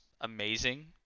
amazing